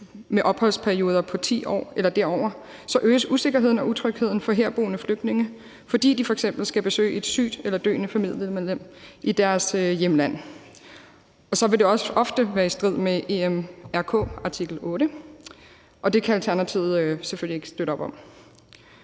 med opholdsperioder på 10 år eller derover, så øges usikkerheden og utrygheden for herboende flygtninge også, bare fordi de f.eks. skal besøge et sygt eller døende familiemedlem i deres hjemland. Og så vil det også ofte være i strid med den europæiske menneskerettighedskonventions artikel 8, og det kan Alternativet selvfølgelig ikke støtte op om.